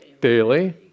daily